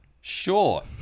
Sure